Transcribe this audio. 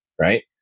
right